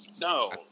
No